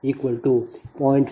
7 0